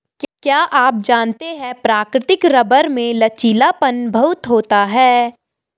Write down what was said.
क्या आप जानते है प्राकृतिक रबर में लचीलापन बहुत होता है?